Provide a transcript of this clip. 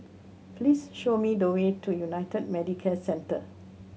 please show me the way to United Medicare Centre